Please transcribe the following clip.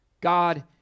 God